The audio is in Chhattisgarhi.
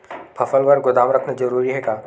फसल बर गोदाम रखना जरूरी हे का?